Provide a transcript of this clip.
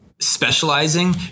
specializing